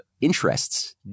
interests